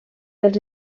dels